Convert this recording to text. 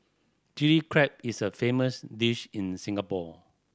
Chilli Crab is a famous dish in Singapore